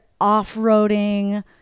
off-roading